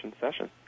session